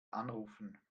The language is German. anrufen